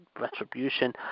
retribution